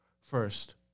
First